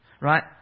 right